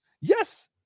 yes